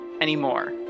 anymore